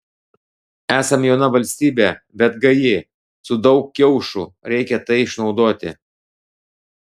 esam jauna valstybė bet gaji su daug kiaušų reikia tai išnaudoti